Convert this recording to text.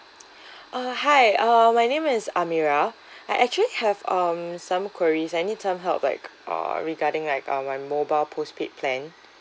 uh hi uh my name is amirah I actually have um some queries I need some help like uh regarding like uh my mobile postpaid plan